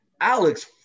Alex